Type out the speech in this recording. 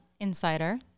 Insider